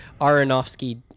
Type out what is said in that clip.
Aronofsky